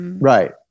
Right